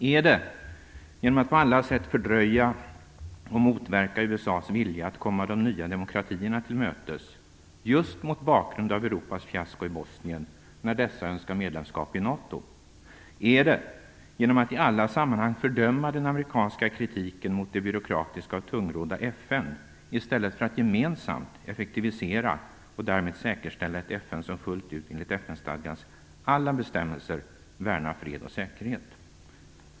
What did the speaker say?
Är det genom att på alla sätt fördröja och motverka USA:s vilja att komma de nya demokratierna till mötes - just mot bakgrund av Europas fiasko i Bosnien - när dessa önskar medlemskap i NATO? Är det genom att i alla sammanhang fördöma den amerikanska kritiken mot det byråkratiska och tungrodda FN i stället för att gemensamt effektivisera och därmed säkerställa ett FN som fullt ut enligt FN-stadgans alla bestämmelser värnar fred och säkerhet?